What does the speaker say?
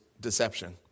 deception